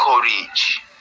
courage